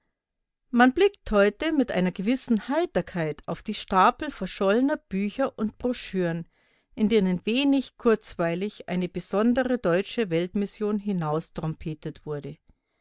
man blickt heute mit einer gewissen heiterkeit auf die stapel verschollener bücher und broschüren in denen wenig kurzweilig eine besondere deutsche weltmission hinaustrompetet wurde